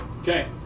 Okay